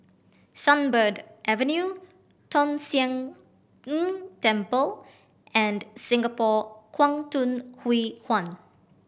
Sunbird Avenue Tong Sian Tng Temple and Singapore Kwangtung Hui Huan